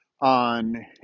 on